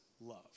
love